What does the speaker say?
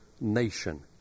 nation